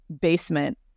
basement